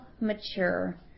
mature